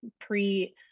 pre-